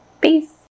Peace